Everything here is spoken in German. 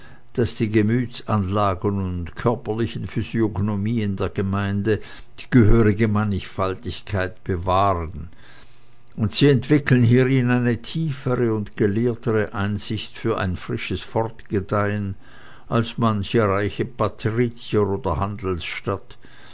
daß die gemütsanlagen und körperlichen physiognomien der gemeinde die gehörige mannigfaltigkeit bewahren und sie entwickeln hierin eine tiefere und gelehrtere einsicht für ein frisches fortgedeihen als manche reiche patrizier oder handelsstadt